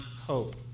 hope